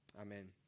Amen